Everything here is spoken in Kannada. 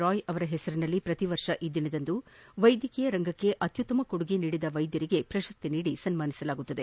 ರಾಯ್ ಅವರ ಹೆಸರಿನಲ್ಲಿ ಪ್ರತಿ ವರ್ಷ ಈ ದಿನದಂದು ವೈದ್ಯಕೀಯ ರಂಗಕ್ಕೆ ಅತ್ಯುತ್ತಮ ಕೊಡುಗೆ ನೀದಿರುವ ವೈದ್ಯರಿಗೆ ಪ್ರಶಸ್ತಿ ನೀದಿ ಗೌರವಿಸಲಾಗುತ್ತದೆ